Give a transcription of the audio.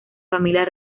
familia